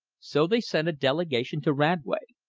so they sent a delegation to radway.